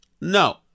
no